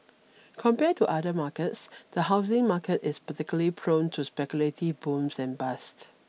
compared to other markets the housing market is particularly prone to speculative booms and bust